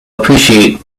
appreciate